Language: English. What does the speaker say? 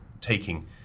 taking